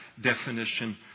definition